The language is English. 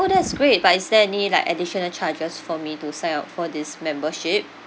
oh that's great but is there any like additional charges for me to sign up for this membership